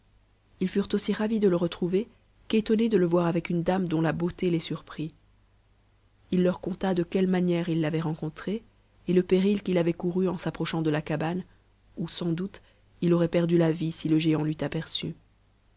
ils furent aussi ravis de le retrouver qu'étonnés de le voir avec une dame dont ta beauté les surprit il leur conta de quelle manière il l'avait rencontrée et le péril qu'il avait couru en s'approchant de la cabane on sans doute il aurait perdu la vie si le géant t'eut aperçu